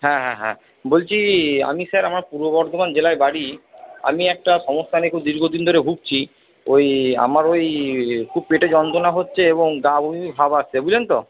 হ্যাঁ হ্যাঁ হ্যাঁ বলছি আমি স্যার আমার পূর্ব বর্ধমান জেলায় বাড়ি আমি একটা সমস্যা নিয়ে খুব দীর্ঘদিন ধরে ভুগছি ওই আমার ওই খুব পেটে যন্ত্রণা হচ্ছে এবং গা বমি বমি ভাব আসছে বুঝলেন তো